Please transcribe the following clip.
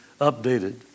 updated